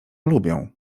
lubią